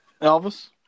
Elvis